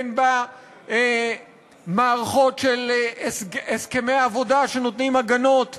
אין בה מערכות של הסכמי עבודה שנותנים הגנות אמיתיות.